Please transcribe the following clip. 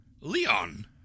Leon